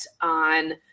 on